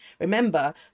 Remember